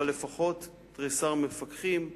אבל לפחות תריסר מפקחים.